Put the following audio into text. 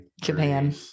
Japan